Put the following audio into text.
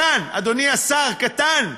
קטן, אדוני השר, קטן.